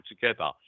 together